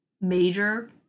major